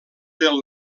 del